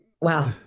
Wow